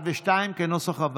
סעיפים 1 2 נתקבלו.